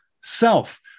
Self